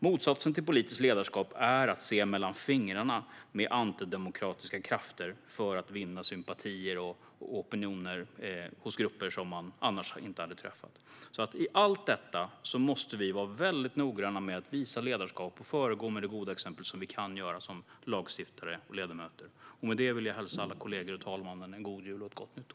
Motsatsen till politiskt ledarskap är att se mellan fingrarna med antidemokratiska krafter för att vinna sympatier och opinioner hos grupper som man annars inte hade träffat. I allt detta måste vi vara väldigt noggranna med att visa ledarskap och föregå med det goda exempel som vi som lagstiftare och ledamöter kan göra. Med detta vill jag hälsa alla kollegor och fru talmannen en god jul och ett gott nytt år.